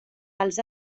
pels